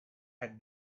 had